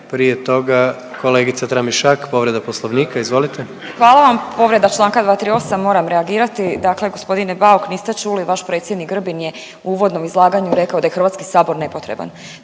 prije toga kolegica Tramišak povreda Poslovnika, izvolite. **Tramišak, Nataša (HDZ)** Hvala vam, povreda čl. 238., moram reagirati, dakle g. Bauk niste čuli, vaš predsjednik Grbin je u uvodnom izlaganju rekao da je HS nepotreban,